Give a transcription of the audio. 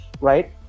right